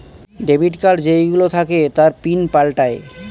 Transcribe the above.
debit card যেই গুলো থাকে তার পিন পাল্টায়ে